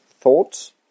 thoughts